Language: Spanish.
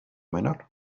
menor